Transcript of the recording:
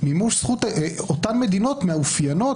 אותן מדינות מאופיינות,